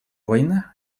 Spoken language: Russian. война